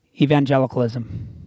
evangelicalism